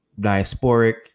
diasporic